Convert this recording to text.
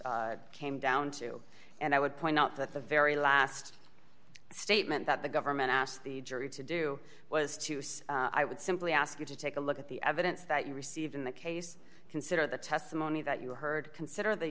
arguments came down to and i would point out that the very last statement that the government asked the jury to do was to say i would simply ask you to take a look at the evidence that you received in that case consider the testimony that you heard consider the